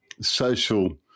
social